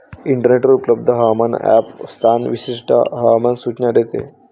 इंटरनेटवर उपलब्ध हवामान ॲप स्थान विशिष्ट हवामान सूचना देते